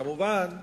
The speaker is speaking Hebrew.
כמובן,